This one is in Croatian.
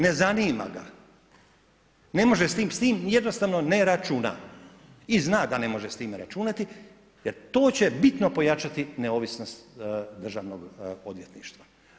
Ne zanima ga, s tim jednostavno ne računa i zna da ne može s time računati jer to će bitno pojačati neovisnost državnog odvjetništva.